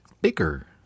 Baker